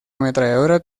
ametralladora